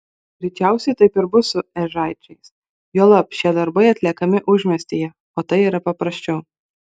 greičiausiai taip bus ir su ežaičiais juolab šie darbai atliekami užmiestyje o tai yra paprasčiau